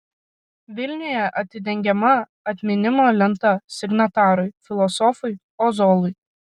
vilniuje atidengiama atminimo lenta signatarui filosofui ozolui